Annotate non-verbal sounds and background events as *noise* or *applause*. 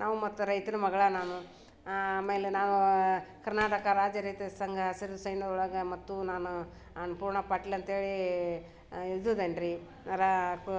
ನಾವು ಮತ್ತು ರೈತ್ರು ಮಗಳ ನಾನು ಆಮೇಲೆ ನಾವು ಕರ್ನಾಟಕ ರಾಜ ರೈತ್ರ ಸಂಘ *unintelligible* ಸೈನು ಒಳಗೆ ಮತ್ತು ನಾನು ಅನ್ನಪೂರ್ಣ ಪಟ್ಲ ಅಂಥೇಳಿ ಇದ್ದದ್ದು ಏನ್ರಿ ರಾ ಪೂ